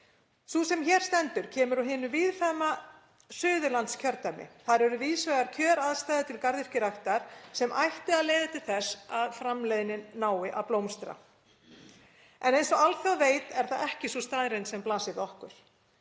Sú sem hér stendur kemur úr hinu víðfeðma Suðurlandskjördæmi. Þar eru víðs vegar kjöraðstæður til garðyrkjuræktar sem ættu að leiða til þess að framleiðnin nái að blómstra en eins og alþjóð veit er það ekki sú staðreynd sem blasir við okkur.